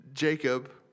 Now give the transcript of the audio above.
Jacob